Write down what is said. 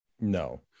No